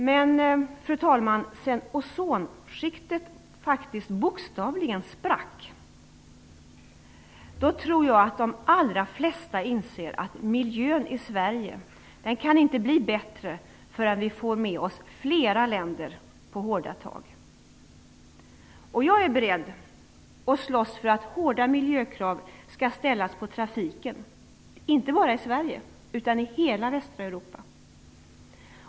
Men, fru talman, sedan ozonskiktet faktiskt bokstavligen sprack tror jag att de allra flesta inser att miljön i Sverige inte kan bli bättre förrän vi får med oss flera länder på hårda tag. Jag är beredd att slåss för att hårda miljökrav skall ställas på trafiken - inte bara i Sverige, utan i hela västra Europa.